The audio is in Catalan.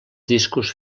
discos